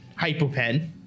hypopen